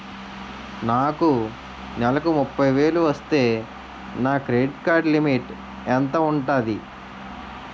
నాకు నెలకు ముప్పై వేలు వస్తే నా క్రెడిట్ కార్డ్ లిమిట్ ఎంత ఉంటాది?